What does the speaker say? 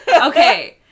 Okay